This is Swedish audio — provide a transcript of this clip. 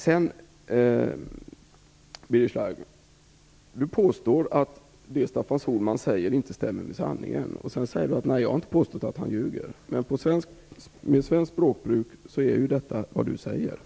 Sedan påstår Birger Schlaug att det Staffan Sohlman säger inte stämmer med sanningen. Sedan säger han att han inte har påstått att Sohlman ljuger. Men med svenskt språkbruk är det just det han säger: